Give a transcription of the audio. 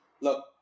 look